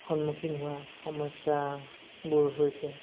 সন্মুখীন হোৱা সমস্য়াবোৰ হৈছে